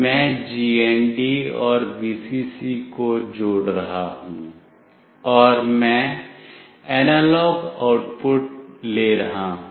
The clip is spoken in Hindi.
मैं GND और Vcc को जोड़ रहा हूँ और मैं एनालॉग आउटपुट ले रहा हूं